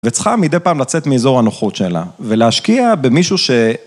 וצריכה מדי פעם לצאת מאזור הנוחות שלה, ולהשקיע במישהו ש...